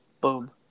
Boom